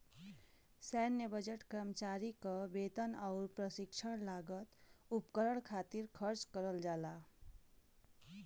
सैन्य बजट कर्मचारी क वेतन आउर प्रशिक्षण लागत उपकरण खातिर खर्च करल जाला